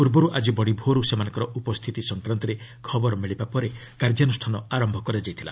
ପୂର୍ବରୁ ଆଜି ବଡ଼ି ଭୋରୁ ସେମାନଙ୍କର ଉପସ୍ଥିତି ସଂକ୍ରାନ୍ତରେ ଖବର ମିଳିବା ପରେ କାର୍ଯ୍ୟାନୁଷ୍ଠାନ ଆରମ୍ଭ ହୋଇଥିଲା